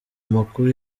makuru